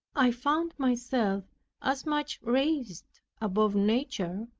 i found myself as much raised above nature,